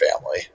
family